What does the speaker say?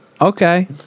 okay